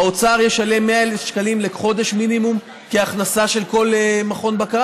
האוצר ישלם 100,000 שקלים לחודש מינימום כהכנסה של כל מכון בקרה,